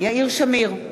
יאיר שמיר,